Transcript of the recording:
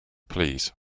please